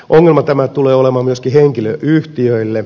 ongelma tämä tulee olemaan myöskin henkilöyhtiöille